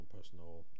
personal